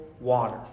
water